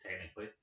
Technically